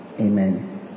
Amen